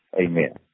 Amen